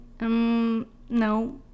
no